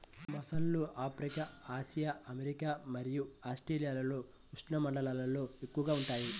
మొసళ్ళు ఆఫ్రికా, ఆసియా, అమెరికా మరియు ఆస్ట్రేలియాలోని ఉష్ణమండలాల్లో ఎక్కువగా ఉంటాయి